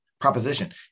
proposition